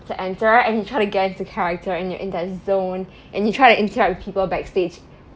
to enter and you try to get into the character and you're in that zone and you try to interact with people backstage